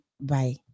bye